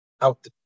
out